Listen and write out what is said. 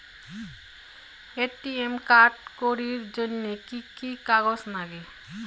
ATM card করির জন্যে কি কি কাগজ নাগে?